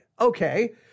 Okay